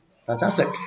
Fantastic